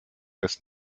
des